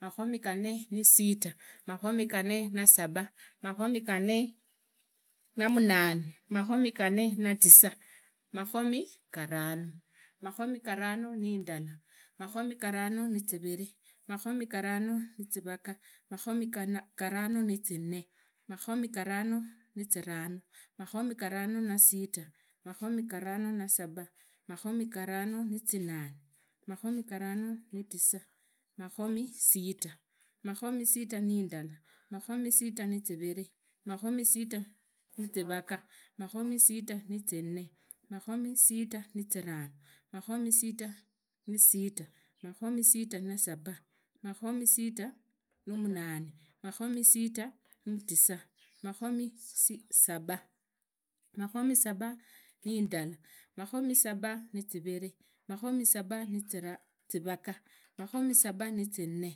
Makhomi qanne na sita mukhomi qanne nasaba makhomi qanne na munane makhomi qanne na tisa makhomi kharanu makhomi kharanu niindala makhomi kharanu niviviri makhomi kharanu na vugaa makhomi qaranu na vine makhomi qaranu na ziranu makhomi kharanu na sita makhomi kharanu na saba makhomi kharanu na munane makhomi karanu na tisa, makhomi sita, makhomi sit ana shilala makhomi sit ani zirani makhomi sita ni zivaqa makhomi sit ani zinne makhomi sit ani ziranu makhomi sit ana tisa. Makhomi munane na shilala, makhoni munane na ziviri makhomi munane na zivaga makhomi munane na zinne